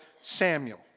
Samuel